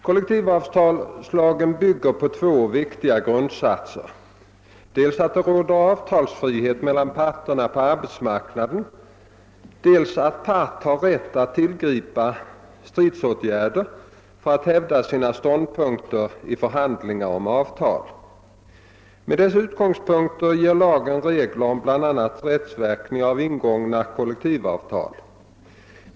Kollektivavtalslagen bygger på två viktiga grundsatser: dels att det råder avtalsfrihet mellan parterna på arbetsmarknaden, dels att part har rätt att tillgripa stridsåtgärder för att hävda sina ståndpunkter i förhandlingar om avtal. Med dessa utgångspunkter ger lagen regler om bl.a. rättsverkningar av ingångna kollektivavtal.